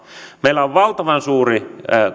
meillä on valtavan